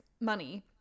money